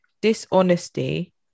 dishonesty